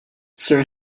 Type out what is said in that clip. sir